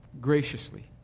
graciously